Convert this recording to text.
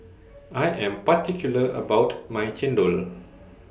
I Am particular about My Chendol